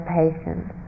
patience